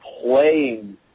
playing